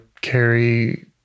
carry